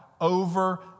over